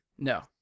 No